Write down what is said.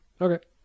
Okay